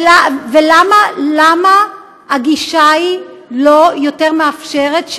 ולמה הגישה היא לא יותר מאפשרת?